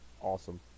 awesome